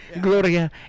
Gloria